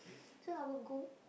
so I will go